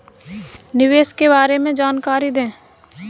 निवेश के बारे में जानकारी दें?